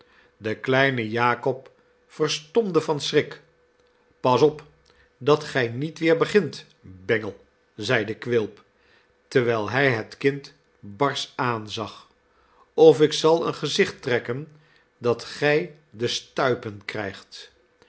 de kleine jakob verstomde van schrik pas op dat gij niet weer begint bengel zeide quilp terwijl hij het kind barsch aanzag of ik zal een gezicht trekken dat gij de stuipen krijgt